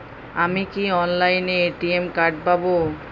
আমি কি অনলাইনে এ.টি.এম কার্ড পাব?